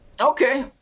Okay